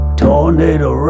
tornado